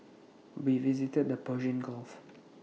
we visited the Persian gulf